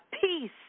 peace